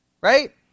right